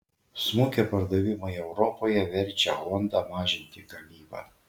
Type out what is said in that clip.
smukę pardavimai europoje verčia honda mažinti gamybą